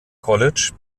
college